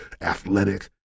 athletic